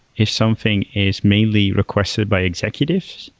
if something is mainly requested by executives,